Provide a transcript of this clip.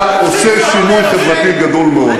אתה עושה שינוי חברתי גדול מאוד.